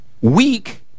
weak